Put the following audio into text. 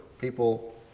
People